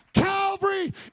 Calvary